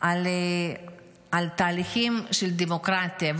על תהליכי הדמוקרטיה.